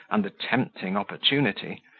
and the tempting opportunity,